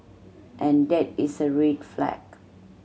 and that is a red flag